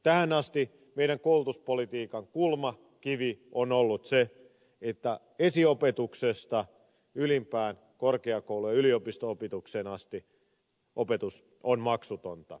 tähän asti meidän koulutuspolitiikkamme kulmakivi on ollut se että esiopetuksesta ylimpään korkeakoulu ja yliopisto opetukseen asti opetus on maksutonta